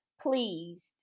pleased